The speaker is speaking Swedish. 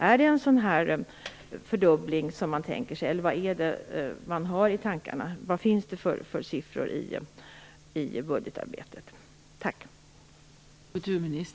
Tänker man sig en fördubbling, eller vad är det man har i tankarna? Vad finns det för siffror i budgetarbetet?